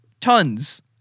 tons